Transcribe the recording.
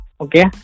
Okay